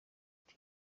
ati